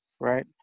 right